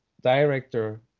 director